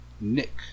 Nick